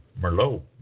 Merlot